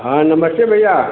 हाँ नमस्ते भैया